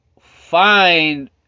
find